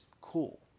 cool